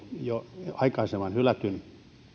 jo aikaisemman hylätyn